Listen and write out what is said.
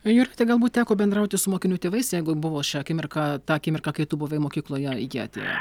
jurgita galbūt teko bendrauti su mokinių tėvais jeigu buvo šią akimirką tą akimirką kai tu buvai mokykloje jie atėję